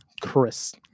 Chris